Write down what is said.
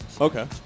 Okay